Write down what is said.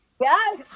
Yes